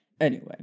Anyway